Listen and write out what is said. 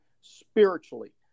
spiritually